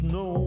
no